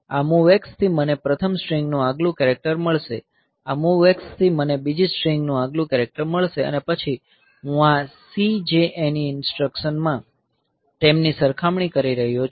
આ MOVX થી મને પ્રથમ સ્ટ્રિંગનું આગલું કેરેક્ટર મળશે આ MOVX થી મને બીજી સ્ટ્રિંગનું આગલું કેરેક્ટર મળશે અને પછી હું આ CJNE ઇન્સ્ટ્રકશન માં તેમની સરખામણી કરી રહ્યો છું